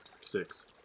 Six